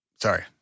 Sorry